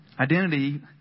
Identity